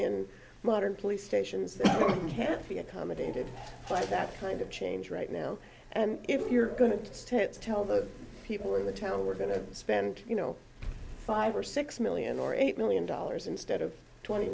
in modern police stations can't be accommodated by that kind of change right now and if you're going to tell the people in the town we're going to spend you know five or six million or eight million dollars instead of twenty